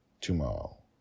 tomorrow